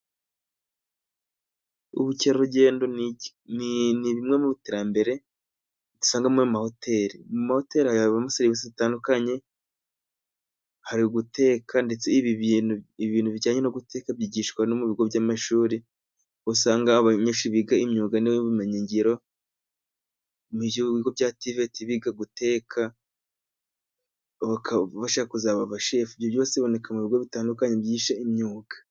Ubukerarugendo ni bimwe mu iterambere dusanga muri aya mahoteli, mu mahoteli habamo serivisi zitandukanye hari guteka ,ndetse ibintu bijyanye no guteka byigishwa no mu bigo by'amashuri usanga abanyeshuri biga imyuga n'ubumenyigiro mu bigo bya tiveti biga guteka ,bashaka kuzaba abashefu ibyo byose biboneka mu bigo bitandukanye byigisha imyuga.